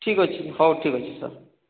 ଠିକ୍ ଅଛି ହଉ ଠିକ୍ ଅଛି ସାର୍